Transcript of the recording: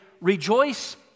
Rejoice